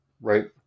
Right